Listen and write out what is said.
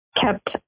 kept